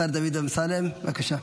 השר דוד אמסלם, בבקשה.